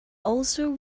also